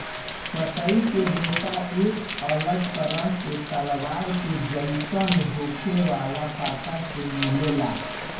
पतई के रेशा एक अलग तरह के तलवार के जइसन होखे वाला पत्ता से मिलेला